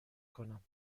کنم